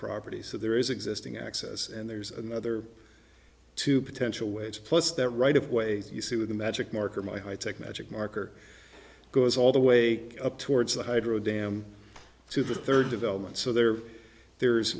property so there is existing access and there's another two potential ways plus that right of way you see with a magic marker my high tech magic marker goes all the way up towards the hydro dam to the third development so there there